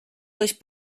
durch